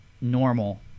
normal